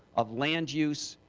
of land use,